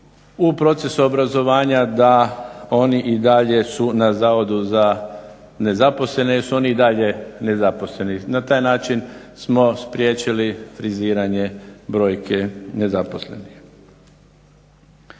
u procesu obrazovanja da oni i dalje su na Zavodu za zapošljavanje jer su oni i dalje nezaposleni. Na taj način smo spriječili friziranje brojke nezaposlenih.